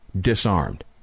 disarmed